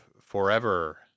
Forever